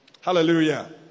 Hallelujah